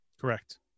Correct